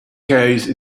case